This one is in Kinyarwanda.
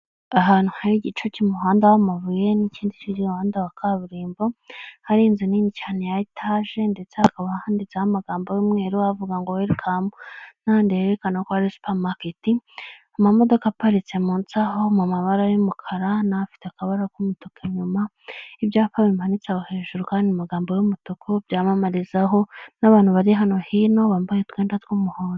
Ahantu hari igice cy'umuhanda w'amabuye n'ikindi cy'umuhanda wa kaburimbo hari inzu nini cyane ya etage ndetse hakaba handitseho amalgam y'umweru avuga ngo welcome ca nandi yerekana ko supermarket amamodoka aparitse munsisaho mu mabara y'umukara nifite akabariro k'umutu nyuma y ibyapa bimanitse hejuru kandi amagambo y'umutuku byamamarizaho n'abantu bari hano hino bambaye utwenda tw'umuhondo.